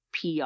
PR